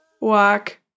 walk